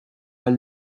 mal